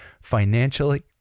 financially